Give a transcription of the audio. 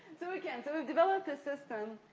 so we can. so, we've developed this system,